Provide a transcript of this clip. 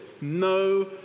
No